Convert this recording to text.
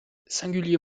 singulier